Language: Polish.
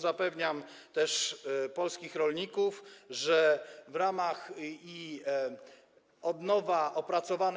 Zapewniam tu też polskich rolników, że w ramach opracowanej od nowa